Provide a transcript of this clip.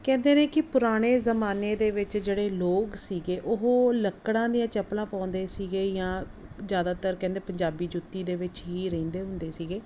ਕਹਿੰਦੇ ਨੇ ਕਿ ਪੁਰਾਣੇ ਜ਼ਮਾਨੇ ਦੇ ਵਿੱਚ ਜਿਹੜੇ ਲੋਕ ਸੀਗੇ ਉਹ ਲੱਕੜਾਂ ਦੀਆਂ ਚੱਪਲਾਂ ਪਾਉਂਦੇ ਸੀਗੇ ਜਾਂ ਜ਼ਿਆਦਾਤਰ ਕਹਿੰਦੇ ਪੰਜਾਬੀ ਜੁੱਤੀ ਦੇ ਵਿੱਚ ਹੀ ਰਹਿੰਦੇ ਹੁੰਦੇ ਸੀਗੇ